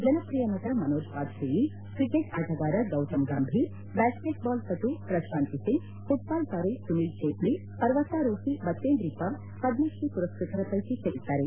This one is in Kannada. ಜನಪ್ರಿಯ ನಟ ಮನೋಜ್ ಬಾಜ್ವೇಯಿ ಕ್ರಿಕೆಟ್ ಆಟಗಾರ ಗೌತಮ್ ಗಂಭೀರ್ ಬ್ಯಾಸೈಟ್ ಬಾಲ್ ಪಟು ಪ್ರಶಾಂತಿಸಿಂಗ್ ಘುಟ್ಬಾಲ್ ತಾರೆ ಸುನೀಲ್ ಛೇತ್ರಿ ಪವರ್ತಾರೋಹಿ ಬಚೇಂದ್ರಿ ಪಾಲ್ ಪದ್ಮಿತೀ ಮರಸ್ವತರ ಪೈಕಿ ಸೇರಿದ್ದಾರೆ